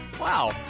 Wow